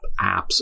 apps